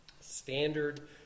standard